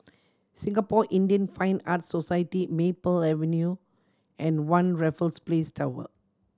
Singapore Indian Fine Arts Society Maple Avenue and One Raffles Place Tower